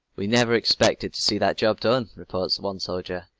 we never expected to see that job done, reports one soldier.